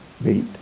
meet